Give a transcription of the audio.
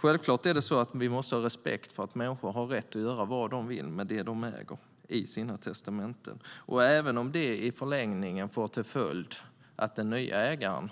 Självklart måste vi ha respekt för att människor har rätt att göra vad de vill med det de äger i sina testamenten - även om det i förlängningen får till följd att den nya ägaren,